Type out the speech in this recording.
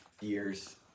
years